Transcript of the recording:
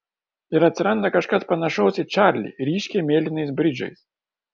ir atsiranda kažkas panašaus į čarlį ryškiai mėlynais bridžais